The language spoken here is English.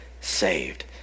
saved